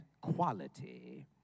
quality